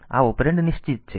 તેથી આ ઓપરેન્ડ નિશ્ચિત છે